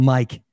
Mike